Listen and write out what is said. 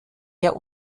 der